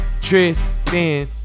Tristan